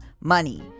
money